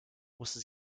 muss